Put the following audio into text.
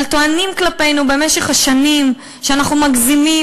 אבל טוענים כלפינו במשך השנים שאנחנו מגזימים